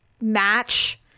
match